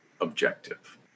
objective